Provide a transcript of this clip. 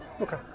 Okay